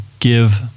Give